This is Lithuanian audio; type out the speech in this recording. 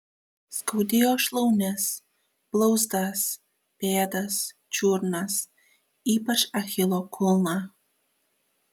skaudėjo šlaunis blauzdas pėdas čiurnas ypač achilo kulną